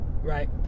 right